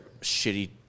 shitty